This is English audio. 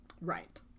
Right